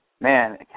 Man